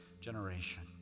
generation